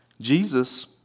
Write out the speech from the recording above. Jesus